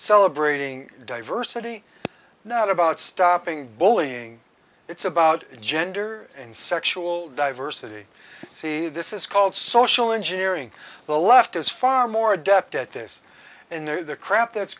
celebrating diversity not about stopping bullying it's about gender and sexual diversity see this is called social engineering the left is far more adept at this in their crap that's